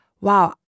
wow